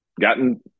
gotten